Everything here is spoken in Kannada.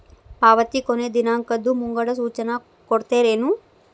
ಪಾವತಿ ಕೊನೆ ದಿನಾಂಕದ್ದು ಮುಂಗಡ ಸೂಚನಾ ಕೊಡ್ತೇರೇನು?